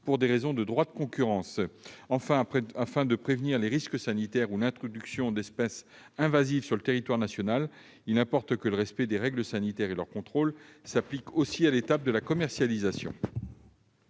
pour des raisons de droit de concurrence. Enfin, afin de prévenir les risques sanitaires ou l'introduction d'espèces invasives sur le territoire national, il importe que le respect des règles sanitaires et leur contrôle s'appliquent aussi à l'étape de la commercialisation.